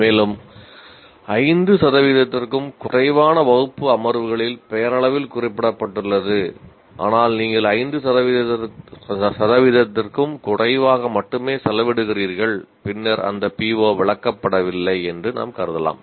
மேலும் 5 சதவிகிதத்திற்கும் குறைவான வகுப்பு அமர்வுகளில் பெயரளவில் குறிப்பிடப்பட்டுள்ளது ஆனால் நீங்கள் 5 சதவிகிதத்திற்கும் குறைவாக மட்டுமே செலவிடுகிறீர்கள் பின்னர் அந்த PO விளக்கப்படவில்லை என்று நாம் கருதுகிறோம்